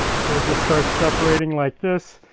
so they just start separating like this,